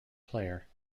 player